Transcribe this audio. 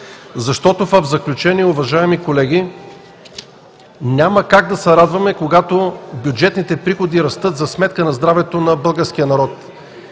В заключение, уважаеми колеги, няма как да се радваме, когато бюджетните приходи растат за сметка на здравето на българския народ.